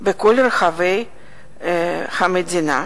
בכל רחבי המדינה.